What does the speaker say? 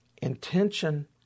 Intention